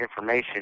information